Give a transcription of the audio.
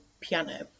piano